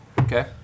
Okay